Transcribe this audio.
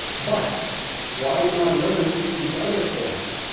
but why not learn the other forms.